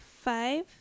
five